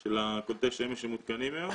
של קולטי השמש שמותקנים היום.